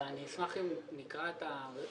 אבל אני אשמח אם נקרא את הסדר.